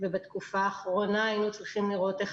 בתקופה האחרונה היינו צריכים לראות איך